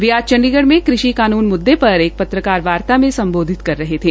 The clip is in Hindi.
वे आज चंडीगढ़ में कृषि कानून म्ददे पर एक पत्रकार वार्ता में सम्बोधित कर रहे थे